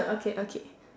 okay okay